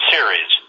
Series